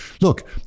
Look